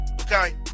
Okay